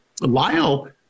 Lyle